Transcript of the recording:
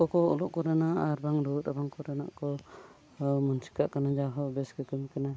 ᱠᱚᱠᱚ ᱩᱰᱩᱜ ᱠᱚᱨᱮᱱᱟᱜ ᱟᱨᱵᱟᱝ ᱫᱚ ᱨᱩᱣᱟᱹᱜ ᱨᱟᱵᱟᱝ ᱠᱚᱨᱮᱱᱟᱜ ᱠᱚ ᱢᱟᱱᱥᱤᱠ ᱠᱟᱜ ᱠᱟᱱᱟ ᱡᱟᱦᱳ ᱵᱮᱥᱜᱮ ᱠᱟᱹᱢᱤ ᱠᱟᱱᱟᱭ